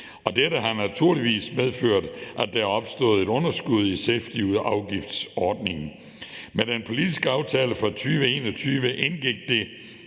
dette har naturligvis medført, at der er opstået et underskud i safetyafgiftsordningen. I den politiske aftale fra 2021 indgik det,